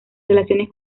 relaciones